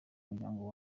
muryango